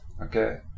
Okay